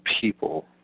people